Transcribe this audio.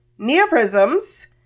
neoprisms